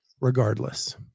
regardless